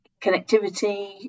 connectivity